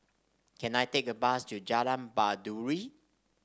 can I take a bus to Jalan Baiduri